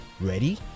Ready